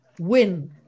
win